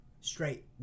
straight